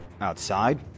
outside